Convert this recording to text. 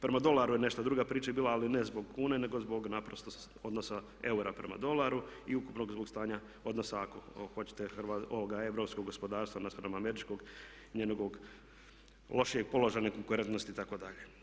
Prema dolaru je nešto druga priča bila ali ne zbog kune nego zbog naprosto odnosa eura prema dolaru i ukupnog zbog stanja odnosa ako hoćete europskog gospodarstva naspram američkog, njegovog lošijeg položaja nekonkurentnosti itd.